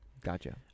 gotcha